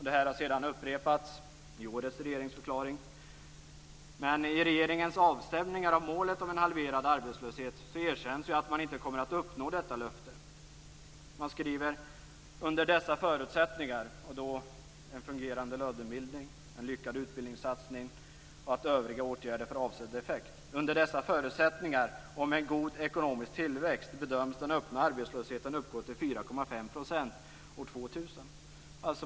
Detta har sedan upprepats i årets regeringsförklaring. I regeringens avstämningar av målet om en halverad arbetslöshet erkänns att man inte kommer att uppnå detta löfte. Man skriver: "Under dessa förutsättningar" - dvs. en fungerande lönebildning, lyckad utbildningssatsning och att övriga åtgärder får avsedd effekt - "och med en god ekonomisk tillväxt bedöms den öppna arbetslösheten uppgå till 4,5 procent år 2000."